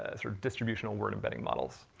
ah sort of distributional word embedding models.